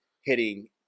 hitting